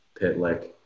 Pitlick